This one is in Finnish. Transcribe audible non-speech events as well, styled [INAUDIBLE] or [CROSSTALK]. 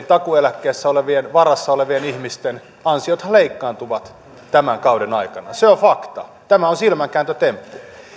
[UNINTELLIGIBLE] takuueläkkeen varassa olevien ihmisten ansiothan leikkaantuvat tämän kauden aikana se on fakta tämä on silmänkääntötemppu